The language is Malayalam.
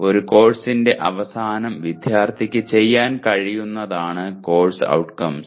ഒരു കോഴ്സിന്റെ അവസാനം വിദ്യാർത്ഥിക്ക് ചെയ്യാൻ കഴിയുന്നതാണ് കോഴ്സ് ഔട്ട്കംസ്